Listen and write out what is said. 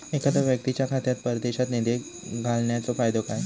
एखादो व्यक्तीच्या खात्यात परदेशात निधी घालन्याचो फायदो काय?